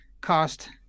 cost